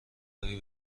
روی